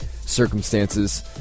circumstances